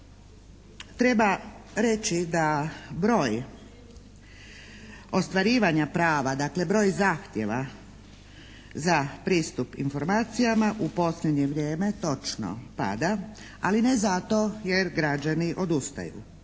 treba reći da broj ostvarivanja prava, dakle broj zahtjeva za pristup informacijama u posljednje vrijeme točno pada, ali ne zato jer građani odustaju.